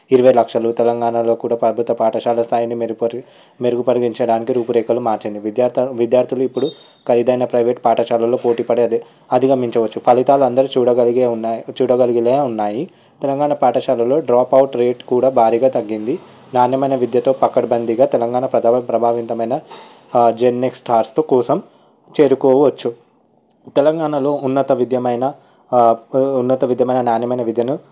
ఇరవై లక్షలు తెలంగాణలో కూడా అద్భుత పాఠశాల స్థాయిని మెరుగుపరిచి మెరుపు పరచడానికి రూపురేఖలు మార్చింది విద్యార్థి విద్యార్థులు ఇప్పుడు ఖరీదైన ప్రైవేట్ పాఠశాలలలో పోటీపడి అధిగమించవచ్చు ఫలితాలు అందరు చూడగలిగే ఉన్నాయి చూడగలిగినవి ఉన్నాయి తెలంగాణ పాఠశాలలో డ్రాప్ అవుట్ రేట్ కూడా భారీగా తగ్గింది దాన్ని నాణ్యమైన విద్యతో పకడ్బందీగా తెలంగాణ ప్రథమ ప్రభావితమైన జెన్నెట్ స్టార్స్ కోసం చేరుకోవచ్చు తెలంగాణలో ఉన్నత విద్య అయిన ఉన్నత విద్య అయిన నాణ్యమైన విద్యను